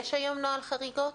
יש היום נוהל חריגות?